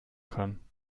kann